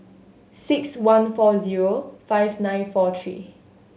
six one four zero five nine four three